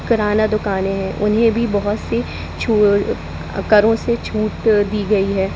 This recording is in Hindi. कराना दुकानें हैं उन्हें भी बहुत सी छू छूट करों से छूट दी गई है